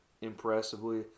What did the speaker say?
impressively